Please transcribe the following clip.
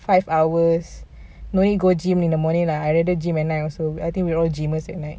five hours no need go gym in the morning lah I rather gym at night also I think we're all gymers at night